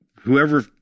whoever